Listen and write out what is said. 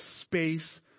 space